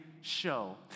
show